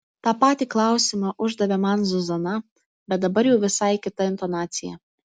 tą patį klausimą uždavė man zuzana bet dabar jau visai kita intonacija